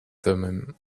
thummim